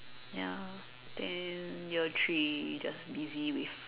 ya then year three just busy with